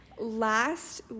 Last